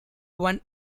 one